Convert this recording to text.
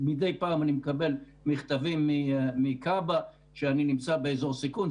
מדי פעם אני מקבל מכתבים מכב"א שאני נמצא באזור סיכון.